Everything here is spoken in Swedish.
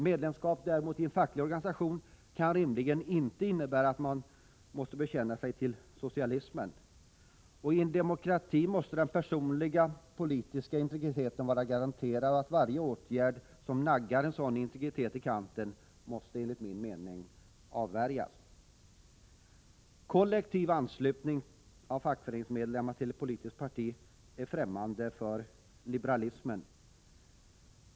Medlemskap en facklig organisation kan däremot rimligen inte innebära att man måste bekänna sig till socialismen. I en demokrati måste den personliga politiska integriteten vara garanterad. Varje åtgärd som naggar den integriteten i kanten måste enligt min mening avvärjas. Kollektivanslutning av fackföreningsmedlemmar till ett politiskt parti är alltså fftämmande för liberalismen.